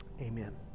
Amen